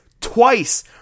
twice